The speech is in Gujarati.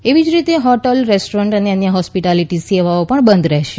એવીજ રીતે હોટેલો રેસ્ટોરેન્ટ અને અન્ય હોસ્પીટાલીટી સેવાઓ પણ બંધ રહેશે